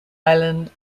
island